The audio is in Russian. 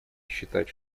считать